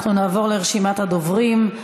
אנחנו נעבור לרשימת הדוברים.